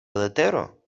letero